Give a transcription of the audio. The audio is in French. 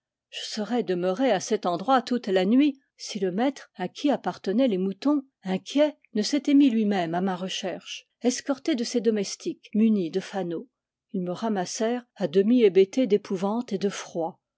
je serais demeuré à cet endroit toute la nuit si le maître à qui appartenaient les moutons inquiet ne s'était mis lui-même à ma recherche escorté de ses domestiques munis de fanaux ils me ramas sèrent à demi hébété d'épouvante et de froid